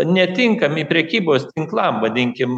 netinkami prekybos tinklam vadinkim